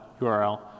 URL